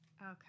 Okay